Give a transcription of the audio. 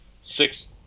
six